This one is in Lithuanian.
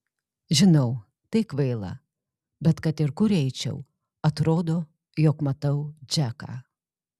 žinau tai kvaila bet kad ir kur eičiau atrodo jog matau džeką